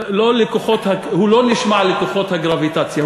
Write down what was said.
הוא לא נשמע לכוחות הגרביטציה,